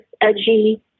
edgy